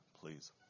please